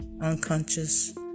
unconscious